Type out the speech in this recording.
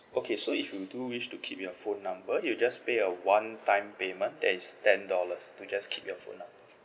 okay so if you do wish to keep your phone number you just pay a one time payment that is ten dollars to just keep your phone number